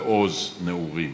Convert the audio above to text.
ועוז נעורים